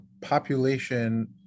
population